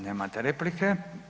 Nemate replike.